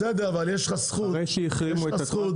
בסדר, אבל כמנהל היחידה הארצית יש לך זכות